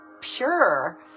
pure